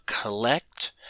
collect